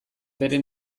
beren